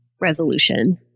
resolution